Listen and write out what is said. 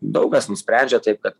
daug kas nusprendžia taip kad